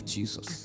Jesus